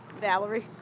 Valerie